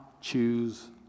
choose